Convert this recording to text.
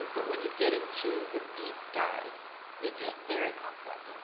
but when you get into the deep dive, it's very complex.